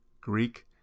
Greek